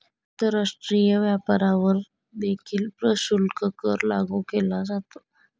आंतरराष्ट्रीय व्यापारावर देखील प्रशुल्क कर लागू केला जातो